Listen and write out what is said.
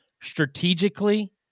strategically –